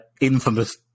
infamous